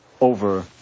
over